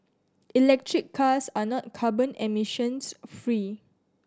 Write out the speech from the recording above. electric cars are not carbon emissions free